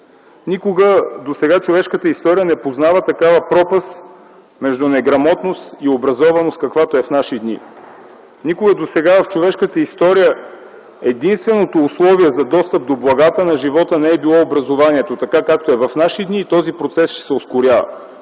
Никога досега човешката история не познава такава пропаст между неграмотност и образованост, каквато е в наши дни. Никога досега в човешката история единственото условие за достъп до благата на живота не е било образованието, така както е в наши дни, и този процес ще се ускорява.